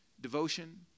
Devotion